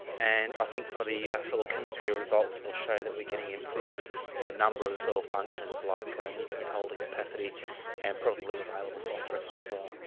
and i think some of the yeah soil chemistry results will show that we are getting improvements in a number of the soil functions like nutrient holding capacity and probably available phosphorus in the soil.